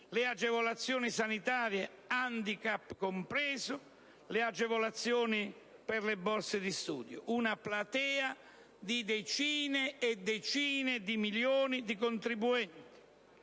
le agevolazioni sanitarie, *handicap* compreso, le agevolazioni per le borse di studio: una platea di decine e decine di milioni di contribuenti.